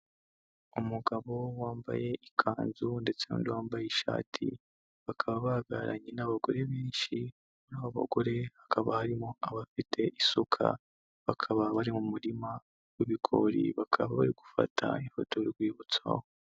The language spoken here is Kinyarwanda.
Umugabo wambaye ikanzu ndetse n'undi wambaye ishati bakaba bahagararanye n'abagore benshi, muri abo bagore hakaba harimo abafite isuka, bakaba bari mu murima w'ibigori bakaba bari gufata ifoto y'urwibutso.